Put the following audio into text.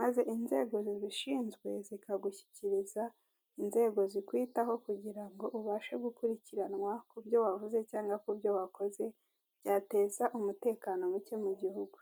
maze inzego zibishinzwe zikagushyikiriza inzego zikwitaho, kugira ngo ubashe gukurikiranwa kubyo wavuze cyangwa kubyo wakoze byateza umutekano mucye mu gihugu.